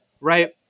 right